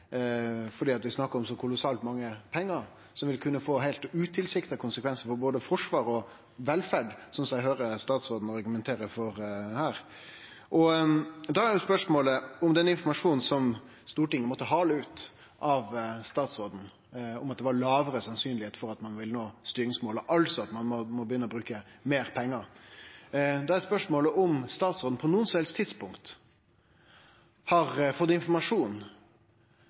om kolossalt mange pengar, og det vil kunne få heilt utilsikta konsekvensar for både Forsvaret og velferd, slik som eg høyrer statsråden argumenterer her. Når det gjeld den informasjonen som Stortinget måtte hale ut av statsråden, om at det var mindre sannsynleg at ein ville nå styringsmålet, altså at ein må begynne å bruke meir pengar, er spørsmålet om statsråden på noko som helst tidspunkt har fått informasjon